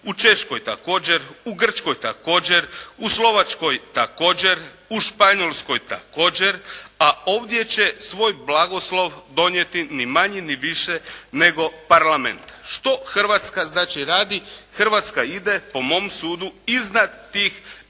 u Češkoj također, u Grčkoj također, u Slovačkoj također, u Španjolskoj također, a ovdje će svoj blagoslov donijeti ni manje ni više nego Parlament. Što Hrvatska znači radi? Hrvatska ide po mom sudu iznad tih europskih